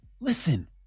Listen